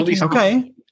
Okay